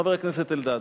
חבר הכנסת אלדד.